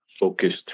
focused